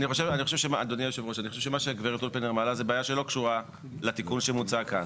אני חושב שמה שהגברת אולפינר מעלה לא קשור לתיקון שמוצג כאן.